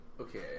Okay